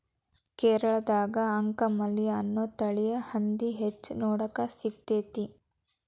ಕೇರಳದಾಗ ಅಂಕಮಲಿ ಅನ್ನೋ ತಳಿಯ ಹಂದಿ ಹೆಚ್ಚ ನೋಡಾಕ ಸಿಗ್ತೇತಿ